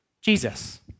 Jesus